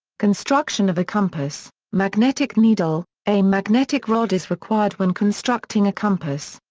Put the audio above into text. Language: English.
construction of a compass magnetic needle a magnetic rod is required when constructing a compass.